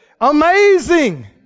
Amazing